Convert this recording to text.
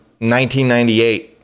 1998